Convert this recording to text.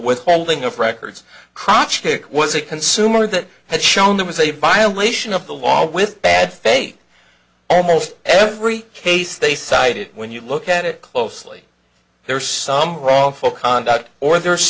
withholding of records crotchety it was a consumer that had shown there was a violation of the law with bad faith almost every case they cited when you look at it closely there's some wrongful conduct or there